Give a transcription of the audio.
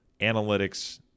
analytics